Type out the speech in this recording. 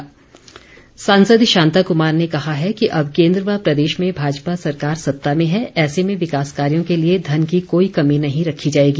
शांता कुमार सांसद शांता कुमार ने कहा है कि अब केन्द्र व प्रदेश में भाजपा सरकार सत्ता में है ऐसे में विकास कार्यों के लिए धन की कोई कमी नहीं रखी जाएगी